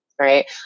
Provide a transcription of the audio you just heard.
Right